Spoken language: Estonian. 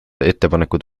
ettepanekud